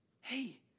Hey